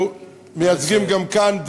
שאותה אנחנו מייצגים גם כאן,